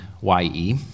Y-E